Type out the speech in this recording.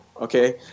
okay